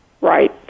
Right